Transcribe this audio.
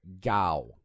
Gao